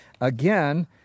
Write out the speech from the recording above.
again